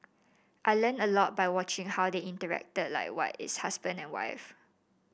I learnt a lot by watching how they interacted like what is husband and wife